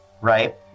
right